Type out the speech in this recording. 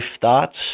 Thoughts